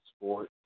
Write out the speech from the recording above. sport